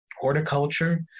horticulture